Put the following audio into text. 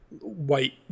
white